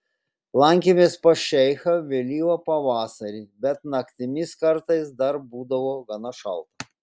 lankėmės pas šeichą vėlyvą pavasarį bet naktimis kartais dar būdavo gana šalta